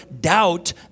doubt